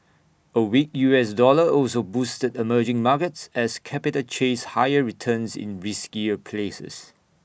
A weak U S dollar also boosted emerging markets as capital chased higher returns in riskier places